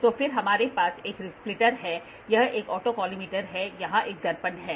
तो फिर हमारे पास एक स्प्लिटर है यह एक ऑटोकॉलिमेटर है यहाँ एक दर्पण है